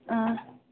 اۭں